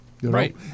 Right